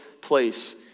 place